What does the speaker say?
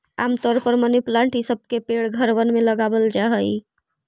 आम तौर पर मनी प्लांट ई सब के पेड़ घरबन में लगाबल जा हई